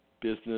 business